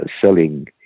selling